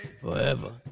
Forever